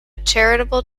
charitable